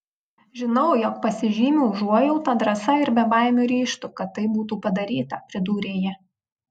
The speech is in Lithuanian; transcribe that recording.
žinau jog pasižymiu užuojauta drąsa ir bebaimiu ryžtu kad tai būtų padaryta pridūrė ji